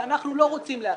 שם נמצא הגמ"ח,